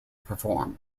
perform